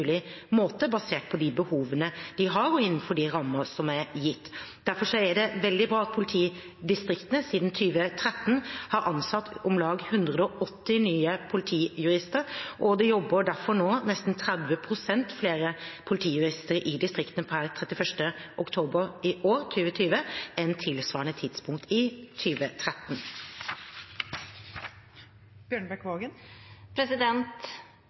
måte basert på de behovene de har, og innenfor de rammene som er gitt. Derfor er det veldig bra at politidistriktene siden 2013 har ansatt om lag 180 nye politijurister, og det jobber nå nesten 30 pst. flere politijurister i distriktene per 31. oktober i år, 2020, enn på tilsvarende tidspunkt i